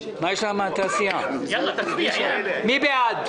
מי בעד?